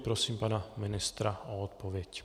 Prosím pana ministra o odpověď.